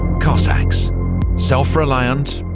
cossacks self-reliant,